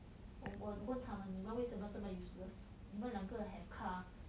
我问他们你们为什么这么 useless 你们两个 have car